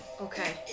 Okay